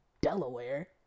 Delaware